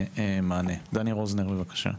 דני ווזנר, בבקשה.